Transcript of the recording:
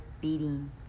beating